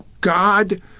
god